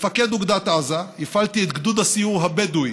כמפקד אוגדת עזה הפעלתי את גדוד הסיור הבדואי